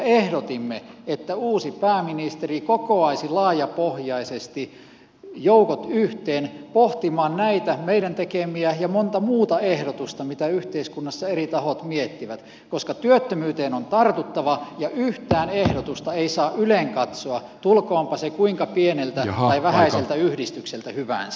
ehdotimme että uusi pääministeri kokoaisi laajapohjaisesti joukot yhteen pohtimaan näitä meidän tekemiä ja monia muita ehdotuksia mitä yhteiskunnassa eri tahot miettivät koska työttömyyteen on tartuttava ja yhtään ehdotusta ei saa ylenkatsoa tulkoonpa se kuinka pieneltä tai vähäiseltä yhdistykseltä hyvänsä